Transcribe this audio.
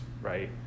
right